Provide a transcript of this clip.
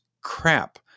crap